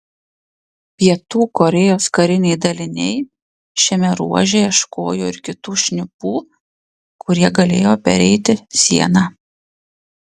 pietų korėjos kariniai daliniai šiame ruože ieškojo ir kitų šnipų kurie galėjo pereiti sieną